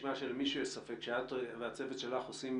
נשמע שלמישהו יש ספק שאת והצוות שלך עושים